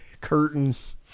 curtains